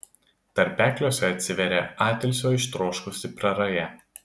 tarpekliuose atsiveria atilsio ištroškusi praraja